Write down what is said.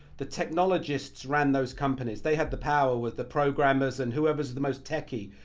the technologists ran those companies. they had the power with the programmers and whoever's the most techy.